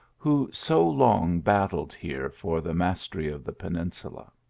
who so long battled here for the mastery of the peninsula.